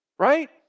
right